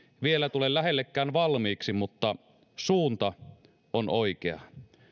vielä tule lähellekään valmiiksi mutta suunta on oikea